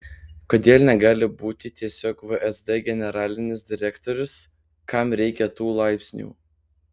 kodėl negali būti tiesiog vsd generalinis direktorius kam reikia tų laipsnių